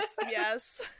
yes